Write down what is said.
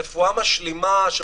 רפואה משלימה שפרופ'